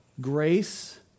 Grace